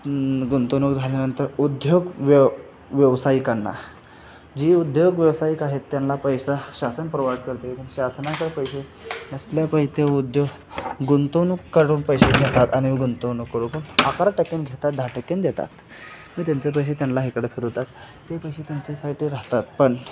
गुंतवणूक झाल्यानंतर उद्योग व व्यावसायिकांना जी उद्योग व्यावसायिक आहेत त्यांना पैसा शासन प्रोवाईड करते शासनाचा पैसे असल्यापायी ते उद्योग गुंतवणूक काढून पैसे घेतात आणि गुंतवणूककडून अकरा टक्क्याने घेतात दहा टक्क्याने देतात मी त्यांचे पैसे त्यांना इकडे फिरवतात ते पैसे त्यांच्यासाठी राहतात पण